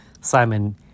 Simon